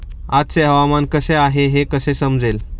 आजचे हवामान कसे आहे हे कसे समजेल?